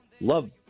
love